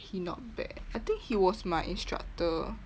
he not bad eh I think he was my instructor